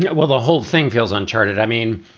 yeah well, the whole thing feels uncharted. i mean,